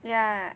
yeah